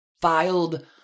filed